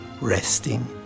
resting